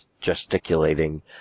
gesticulating